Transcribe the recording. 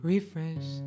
Refresh